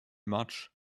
much